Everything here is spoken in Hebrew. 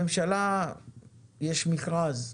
יש מכרז בממשלה: